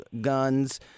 guns